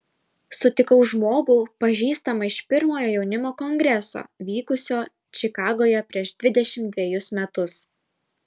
sutikau žmogų pažįstamą iš pirmojo jaunimo kongreso vykusio čikagoje prieš dvidešimt dvejus metus